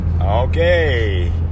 Okay